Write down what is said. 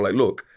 like look,